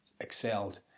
excelled